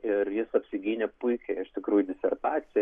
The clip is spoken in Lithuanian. ir jis apsigynė puikiai iš tikrųjų disertaciją